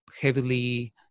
heavily